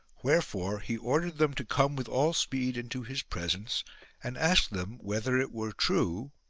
wherefore he ordered them to come with all speed into his presence and asked them whether it were true,